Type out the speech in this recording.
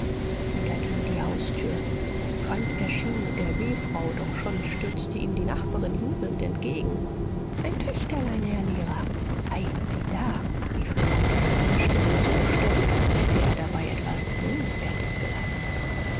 wieder ging die haustür quandt erschien mit der wehfrau doch schon stürzte ihm die nachbarin jubelnd entgegen ein töchterlein herr lehrer ei sieh da rief quandt mit einer stimme so stolz als hätte er dabei etwas nennenswertes geleistet